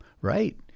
Right